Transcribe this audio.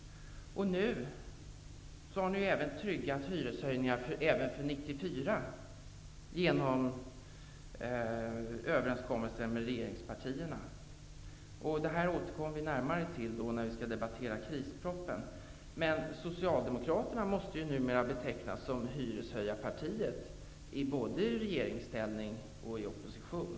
Nu har ni tryggat hyreshöjningar även för 1994, genom överenskommelsen med regeringspartierna. Vi återkommer närmare till det här när vi skall debattera krispropositionen. Socialdemokraterna måste numera betecknas som hyreshöjarpartiet både i regeringsställning och i opposition.